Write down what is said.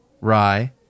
rye